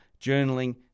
journaling